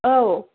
औ